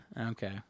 Okay